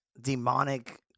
demonic